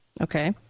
Okay